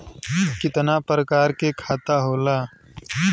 कितना प्रकार के खाता होला?